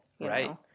Right